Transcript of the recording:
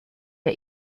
der